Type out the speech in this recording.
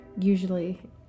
usually